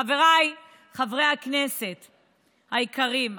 חבריי חברי הכנסת היקרים,